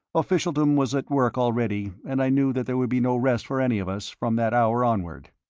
officialdom was at work already, and i knew that there would be no rest for any of us from that hour onward.